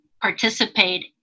participate